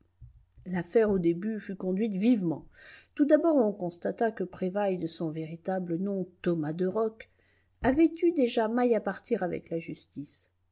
l'affaire au début fut conduite vivement tout d'abord on constata que prévailles de son véritable nom thomas derocq avait eu déjà maille à partir avec la justice